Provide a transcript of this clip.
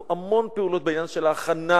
נעשו המון פעולות בעניין של ההכנה